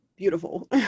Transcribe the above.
beautiful